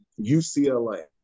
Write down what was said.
UCLA